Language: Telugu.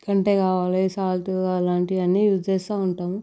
గంటె కావాలి సాల్ట్ కావాలి ఇలాంటివన్నీ యూజ్ చేస్తూ ఉంటాము